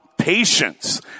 Patience